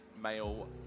Male